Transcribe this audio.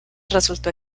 resultó